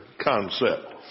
concept